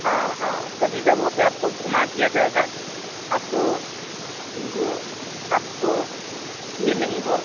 हाँ हाँ सभी जगहों पर आपको घूमा दिया जाएगा आपको जो आपको ये नहीं वो